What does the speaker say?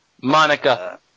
Monica